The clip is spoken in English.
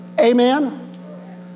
Amen